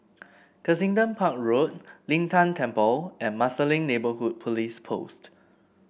Kensington Park Road Lin Tan Temple and Marsiling Neighbourhood Police Post